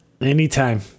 Anytime